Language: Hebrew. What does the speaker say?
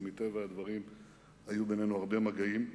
ומטבע הדברים היו בינינו הרבה מגעים,